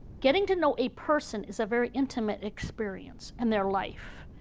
getting to know a person is a very intimate experience and their life,